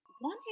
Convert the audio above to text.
One